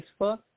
Facebook